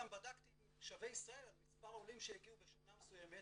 גם בדקתי עם "שבי ישראל" על מספר העולים שהגיעו בשנה מסוימת